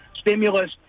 stimulus